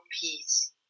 peace